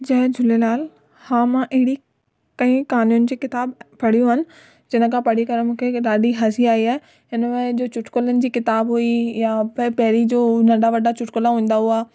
जय झूलेलाल हा मां अहिड़ी कई कहानियुनि जी किताब पढ़ियूं आहिनि जंहिंखां पढ़ी करे मूंखे ॾाढी हसी आई आहे हिन में इहे जो चुटकुलनि जी किताब हुई या पहिरीं जो नंढा वॾा चुटकुला हूंदा हुआ